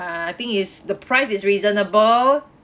I think is the price is reasonable